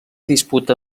disputa